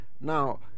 Now